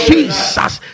Jesus